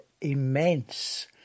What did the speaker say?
immense